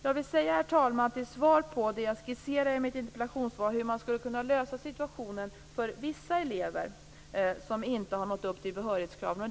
Jag vill kommentera, herr talman, det jag skisserade i mitt interpellationssvar om hur man skulle kunna lösa situationen för vissa elever som inte har nått upp till behörighetskraven.